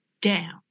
down